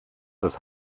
das